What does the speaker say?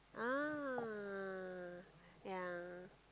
ah yeah